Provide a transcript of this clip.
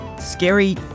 scary